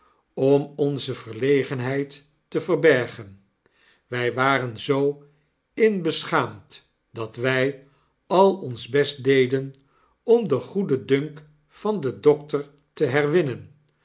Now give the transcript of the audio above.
om onze verlegenheid te verbergen wij waren zoo in-beschaamd dat wij al ons best deden om den goeden dunk van den dokter te herwinnen